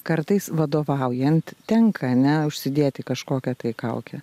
kartais vadovaujant tenka ne užsidėti kažkokią tai kaukę